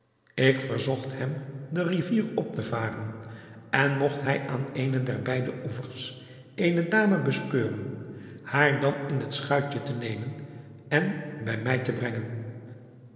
ik verzocht hem de rivier op te varen en mogt hij aan eene der beide oevers eene dame bespeuren haar dan in het schuitje te nemen en bij mij te brengen